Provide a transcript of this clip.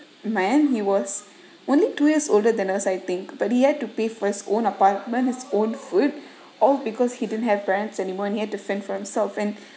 man he was only two years older than us I think but he had to pay for his own apartment his own food all because he didn't have parents anymore and he had to fend for himself and